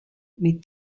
mais